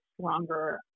stronger